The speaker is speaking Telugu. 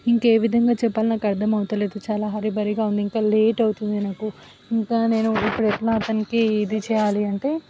ఇంకా ఏ విధంగా చెప్పాలో నాకు అర్థం అవడంలేదు చాలా హరీ బరీగా ఉంది ఇంకా లేట్ అవుతుంది నాకు ఇంకా నేను ఇప్పుడు ఎట్లా అతనికి ఇది చేయాలి అంటే